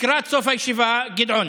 לקראת סוף הישיבה, גדעון,